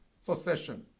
succession